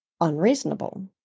unreasonable